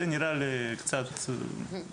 זה נראה לי קצת מגוחך,